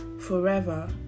forever